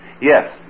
Yes